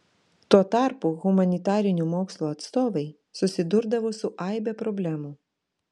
tuo tarpu humanitarinių mokslo atstovai susidurdavo su aibe problemų